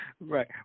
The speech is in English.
Right